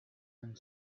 and